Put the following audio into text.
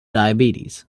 diabetes